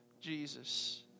Jesus